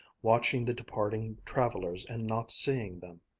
watching the departing travelers and not seeing them.